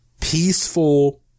peaceful